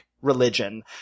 religion